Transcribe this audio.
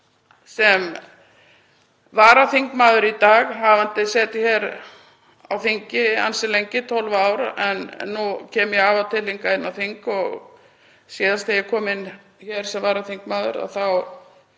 sem varaþingmaður í dag. Ég hef setið á þingi ansi lengi, í 12 ár, en nú kem ég af og til hingað inn á þing og síðast þegar ég kom inn sem varaþingmaður